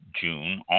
June